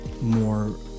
more